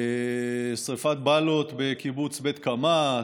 שרפת באלות בקיבוץ בית קמה,